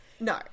no